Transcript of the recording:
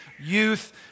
youth